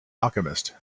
alchemist